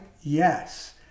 Yes